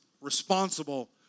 responsible